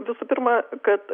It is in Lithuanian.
visų pirma kad